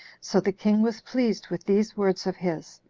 so the king was pleased with these words of his,